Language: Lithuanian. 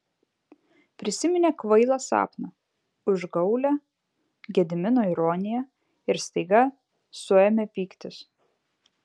prisiminė kvailą sapną užgaulią gedimino ironiją ir staiga suėmė pyktis